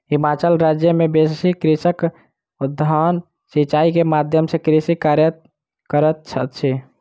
हिमाचल राज्य मे बेसी कृषक उद्वहन सिचाई के माध्यम सॅ कृषि कार्य करैत अछि